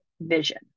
vision